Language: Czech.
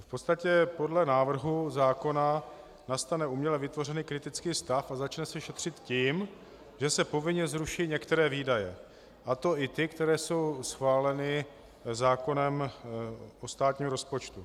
V podstatě podle návrhu zákona nastane uměle vytvořený kritický stav a začne se šetřit tím, že se povinně zruší některé výdaje, a to i ty, které jsou schváleny zákonem o státním rozpočtu.